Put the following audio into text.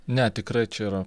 ne tikrai čia yra